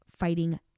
fighting